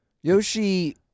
Yoshi